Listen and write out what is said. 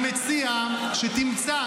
אני מציע שתמצא,